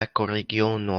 ekoregiono